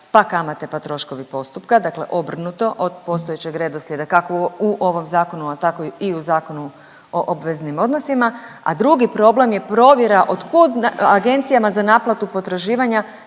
pa kamate pa troškovi postupka. Dakle obrnuto od postojećeg redoslijeda kako u ovom zakonu, a tako i u Zakonu o obveznim odnosima, a drugi problem je provjera od kud Agencijama za naplatu potraživanja